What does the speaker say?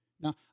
now